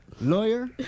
lawyer